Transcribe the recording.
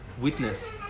witness